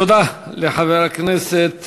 תודה לחבר הכנסת